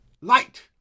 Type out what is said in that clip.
Light